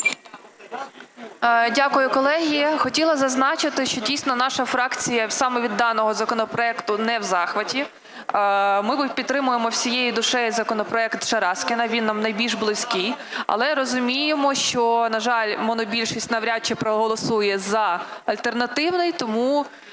Дякую, колеги. Хотіла зазначити, що дійсно наша фракція саме від даного законопроекту не в захваті, ми підтримуємо всією душею законопроект Шараськіна, він нам найбільш близький. Але розуміємо, що, на жаль, монобільшість навряд чи проголосує за альтернативний, тому